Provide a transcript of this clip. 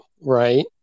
Right